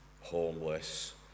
homeless